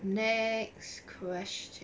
next question